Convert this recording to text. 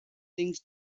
things